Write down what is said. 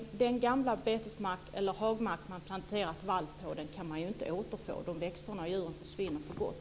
Den gamla hagmark man planterat vall på kan man inte återfå. De växter och djur som fanns där försvinner för gott.